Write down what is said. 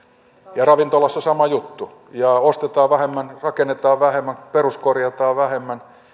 ja ravintolassa sama juttu ostetaan vähemmän rakennetaan vähemmän peruskorjataan vähemmän